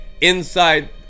Inside